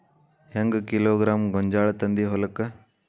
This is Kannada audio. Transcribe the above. ಹೆಂಗ್ ಕಿಲೋಗ್ರಾಂ ಗೋಂಜಾಳ ತಂದಿ ಹೊಲಕ್ಕ?